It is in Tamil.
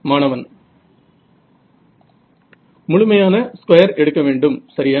மாணவன் முழுமையான ஸ்கொயர் எடுக்க வேண்டும் சரியா